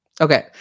Okay